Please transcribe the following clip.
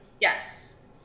Yes